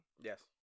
Yes